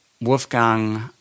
Wolfgang